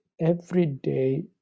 everyday